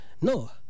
No